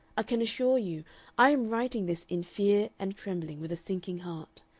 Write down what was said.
i can assure you i am writing this in fear and trembling with a sinking heart.